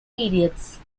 periods